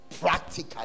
Practically